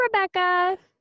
Rebecca